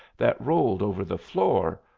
that rolled over the floor,